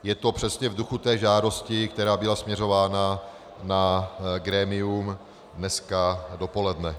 Je to přesně v duchu té žádosti, která byla směřována na grémium dnes dopoledne.